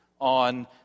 on